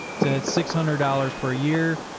so at six hundred dollars per year,